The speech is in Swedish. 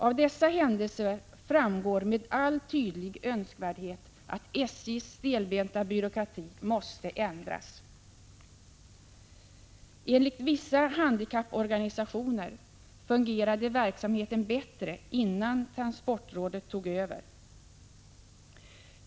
Av dessa händelser framgår med all önskvärd tydlighet att SJ:s stelbenta byråkrati måste ändras. Enligt vissa handikapporganisationer fungerade verksamheten bättre innan transportrådet tog över.